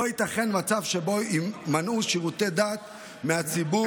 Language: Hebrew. לא ייתכן מצב שבו יימנעו שירותי דת מהציבור